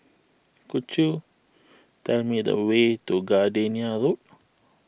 could you tell me the way to Gardenia Road